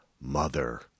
Mother